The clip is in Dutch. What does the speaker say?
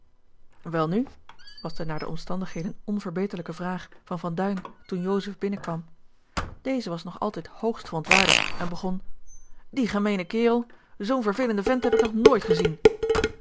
welnu was de naar de omstandigheden onverbeterlijke vraag van van duin toen joseph binnen kwam deze was nog altijd hoogst verontwaardigd en begon die gemeene kerel zoo'n vervelenden vent heb ik nog nooit gezien